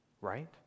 right